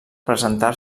presentar